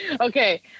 okay